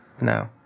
No